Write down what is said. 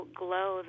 glow